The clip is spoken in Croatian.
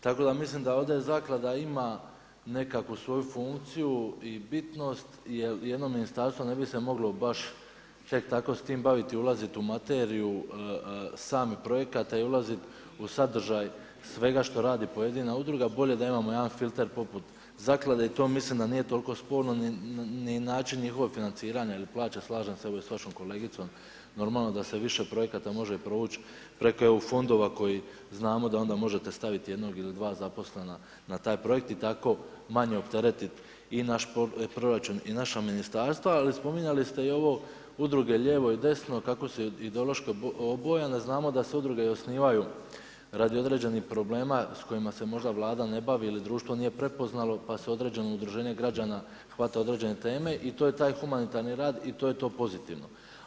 Tako da mislim da ovdje zaklada ima nekakvu svoju funkciju i bitnost jer jedno ministarstvo se ne bi moglo baš tek tako s tim baviti, ulaziti u materiju samih projekata i ulaziti u sadržaj svega što radi pojedina udruga, bolje da imamo jedan filter poput zaklade i to mislim da nije toliko sporno ni način njihova financiranja jer plaća, slažem se i sa vašom kolegicom, normalno da se više projekata može provući preko EU fondova koji znamo da onda možete staviti jednog ili dva zaposlena na taj projekt i tako manje opteretiti i naš proračun i naša ministarstva, ali spominjali ste i ovo udruge lijevo i desno, kako su ideološki obojane, znamo se udruge i osnivaju radi određenih problema s kojima se možda Vlada ne bavi ili društvo nije prepoznalo, pa se određeno udruženje građana hvata određene teme i to je taj humanitarni rad i to je to pozitivno.